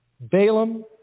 Balaam